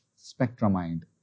SpectraMind